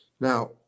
Now